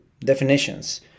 Definitions